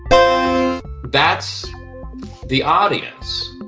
um that's the audience.